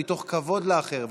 מתוך כבוד לאחר,